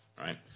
right